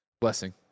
Blessing